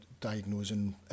diagnosing